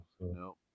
No